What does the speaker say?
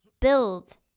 build